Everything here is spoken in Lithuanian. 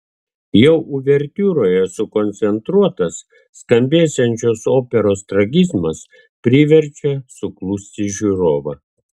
jau uvertiūroje sukoncentruotas skambėsiančios operos tragizmas priverčia suklusti žiūrovą